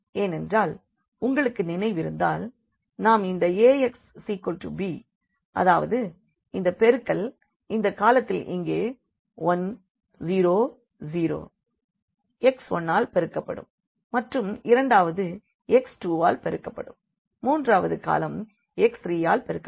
ஏனென்றால் உங்களுக்கு நினைவிருந்தால் நாம் இந்த Ax b அதாவது இந்த பெருக்கல் இங்கே இந்த காலத்தில் இங்கே 1 0 0 x1 ஆல் பெருக்கப்படும் மற்றும் இரண்டாவது x2வால் பெருக்கப்படும் மூன்றாவது காலம் x3யால் பெருக்கப்படும்